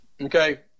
Okay